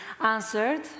answered